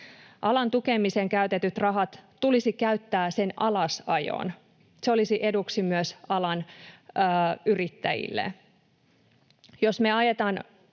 Alan tukemiseen käytetyt rahat tulisi käyttää sen alasajoon. Se olisi eduksi myös alan yrittäjille. Jos me ajetaan